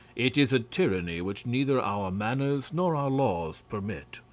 it is a tyranny which neither our manners nor our laws permit.